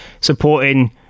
supporting